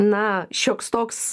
na šioks toks